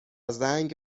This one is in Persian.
زنگ